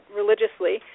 religiously